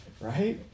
Right